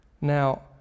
Now